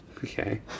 Okay